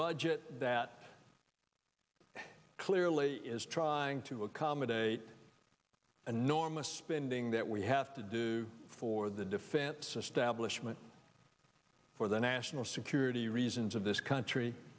budget that clearly is trying to accommodate enormous spending that we have to do for the defense establishment for the national security reasons of this country